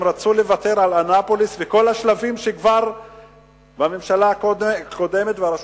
הם רצו לוותר על אנאפוליס וכל השלבים שהממשלה הקודמת והרשות